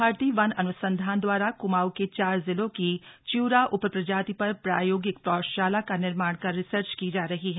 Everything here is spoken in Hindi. भारतीय वन अनुसंधान दवारा कमाऊं के चार जिलों की च्यूरा उपप्रजाति पर प्रायोगिक पौधशाला का निर्माण कर रिसर्च की जा रही है